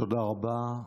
תודה רבה.